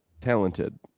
talented